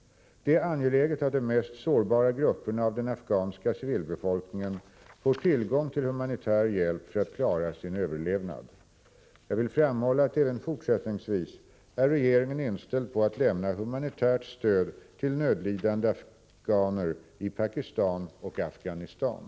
Det är angeläget att de mest sårbara grupperna av den utsatta afghanska civilbefolkningen får tillgång till humanitär hjälp för att klara sin överlevnad. Jag vill framhålla att även fortsättningsvis är regeringen inställd på att lämna humanitärt stöd till nödlidande afhganer i Pakistan och Afghanistan.